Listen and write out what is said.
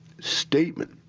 statement